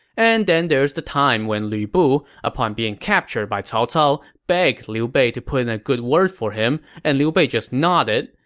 and there's the time when lu bu, upon being captured by cao cao, begged liu bei to put in a good word for him and liu bei just nodded.